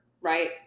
right